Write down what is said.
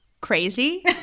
crazy